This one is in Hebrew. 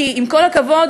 כי עם כל הכבוד,